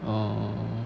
orh